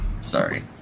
Sorry